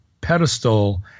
pedestal